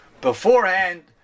beforehand